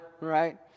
right